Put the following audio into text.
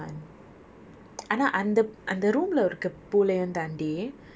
and then we took turns and we played games in the pool and that was super fun